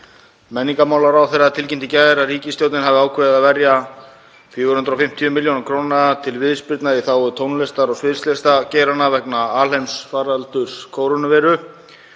Menningarmálaráðherra tilkynnti í gær að ríkisstjórnin hefði ákveðið að verja 450 millj. kr. til viðspyrnu í þágu tónlistar- og sviðslistageiranna vegna alheimsfaraldurs kórónuveiru.